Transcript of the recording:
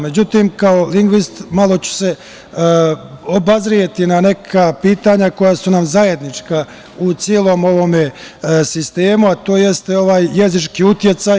Međutim, kao lingvista, malo ću se obazreti na neka pitanja koja su nam zajednička u celom ovom sistemu, a to jeste ovaj jezički uticaj.